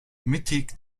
mittig